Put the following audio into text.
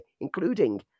including